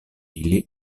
ili